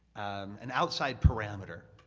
an outside parameter,